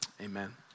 amen